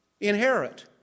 inherit